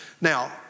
now